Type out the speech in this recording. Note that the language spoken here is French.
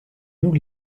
nous